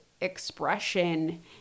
expression